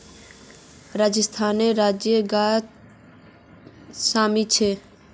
राजस्थानेर राजकीय गाछ शमी छे